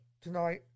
tonight